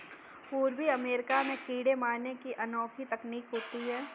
पूर्वी अमेरिका में कीड़े मारने की अनोखी तकनीक होती है